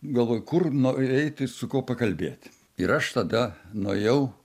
galvoju kur nueiti su kuo pakalbėt ir aš tada nuėjau